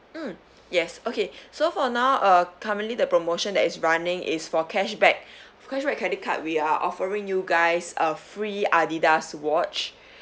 um yes okay so for now uh currently the promotion that is running is for cashback cashback credit card we are offering you guys a free Adidas watch